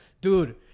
dude